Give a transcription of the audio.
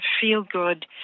feel-good